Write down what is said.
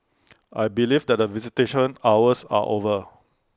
I believe that the visitation hours are over